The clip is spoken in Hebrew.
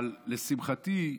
אבל לשמחתי,